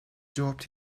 dropped